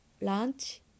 lunch